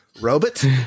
Robot